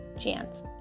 chance